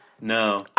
No